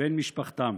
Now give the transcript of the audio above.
אדוני היושב-ראש, תודה.